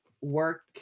work